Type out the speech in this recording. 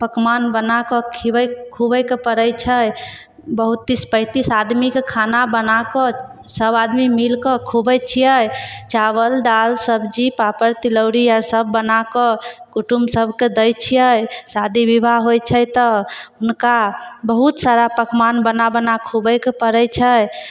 पकमान बनाकऽ खुआबै खुआबैके पड़ै छै बहुत तीस पैँतिस आदमीके खाना बनाकऽ सभआदमी मिलिकऽ खुआबै छिए चावल दाल सब्जी पापड़ तिलौड़ी आओर सभ बनाकऽ कुटुम्बसभके दै छिए शादी विवाह होइ छै तऽ हुनका बहुत सारा पकमान बना बनाकऽ खुआबैके पड़ै छै